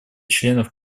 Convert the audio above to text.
членов